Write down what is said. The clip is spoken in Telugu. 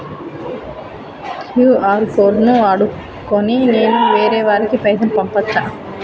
క్యూ.ఆర్ కోడ్ ను వాడుకొని నేను వేరే వారికి పైసలు పంపచ్చా?